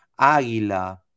Águila